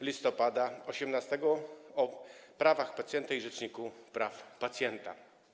listopada 2018 r. o prawach pacjenta i Rzeczniku Praw Pacjenta.